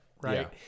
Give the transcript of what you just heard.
right